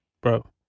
bro